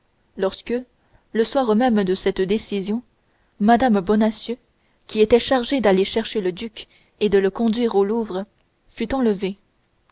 lorsque le soir même de cette décision mme bonacieux qui était chargée d'aller chercher le duc et de le conduire au louvre fut enlevée